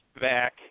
back